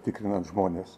tikrinant žmones